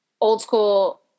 old-school